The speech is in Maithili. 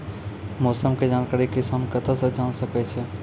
मौसम के जानकारी किसान कता सं जेन सके छै?